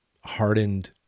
hardened